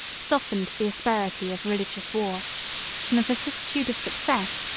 softened the asperity of religious war from the vicissitude of success,